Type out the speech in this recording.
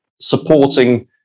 supporting